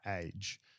age